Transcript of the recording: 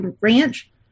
ranch